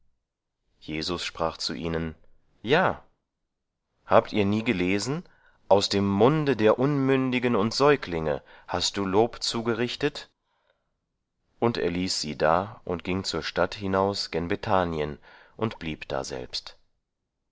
jesus sprach zu ihnen ja habt ihr nie gelesen aus dem munde der unmündigen und säuglinge hast du lob zugerichtet und er ließ sie da und ging zur stadt hinaus gen bethanien und blieb daselbst